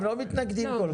הם לא מתנגדים כל כך.